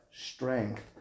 strength